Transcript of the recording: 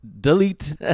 delete